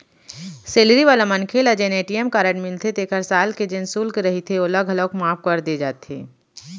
salary वाला मनखे ल जेन ए.टी.एम कारड मिलथे तेखर साल के जेन सुल्क रहिथे ओला घलौक माफ कर दे जाथे